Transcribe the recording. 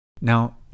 Now